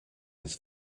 his